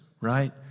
right